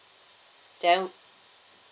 then